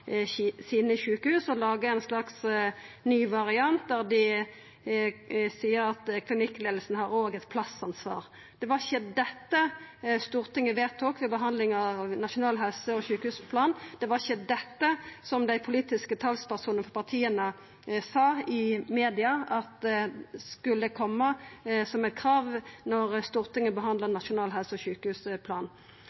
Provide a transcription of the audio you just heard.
og lagar ein slags ny variant der dei seier at klinikkleiinga òg har eit plassansvar. Det var ikkje dette Stortinget vedtok ved behandlinga av Nasjonal helse- og sjukehusplan, det var ikkje dette som dei politiske talspersonane for partia sa i media skulle koma som eit krav då Stortinget behandla